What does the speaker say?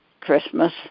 Christmas